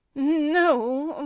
no,